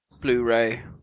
Blu-ray